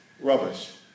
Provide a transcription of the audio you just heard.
rubbish